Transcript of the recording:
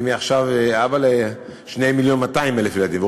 מעכשיו אני אבא ל-2.2 מיליון ילדים.